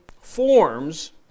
forms